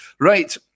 Right